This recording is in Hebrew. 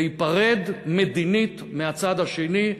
להיפרד מדינית מהצד השני,